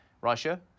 Russia